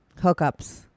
hookups